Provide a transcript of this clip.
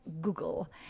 Google